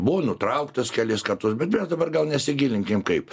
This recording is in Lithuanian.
buvo nutrauktas kelis kartus bet dabar gal nesigilinkim kaip